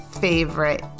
favorite